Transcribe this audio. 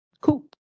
Cool